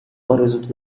آرزوت